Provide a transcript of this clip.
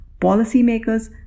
policymakers